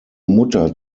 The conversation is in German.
mutter